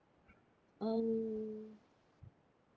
um